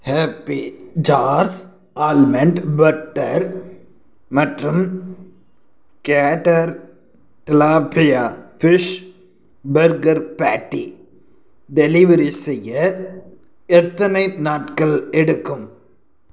happy jars almond butter மற்றும் கேடர் tilapia fish burger patty delivery செய்ய எத்தனை நாட்கள் எடுக்கும்